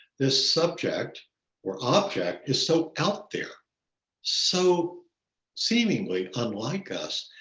this subject or object is so out there so seemingly unlike us.